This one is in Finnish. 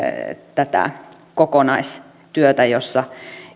tätä kokonaistyötä jossa